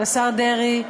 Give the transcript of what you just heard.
לשר דרעי,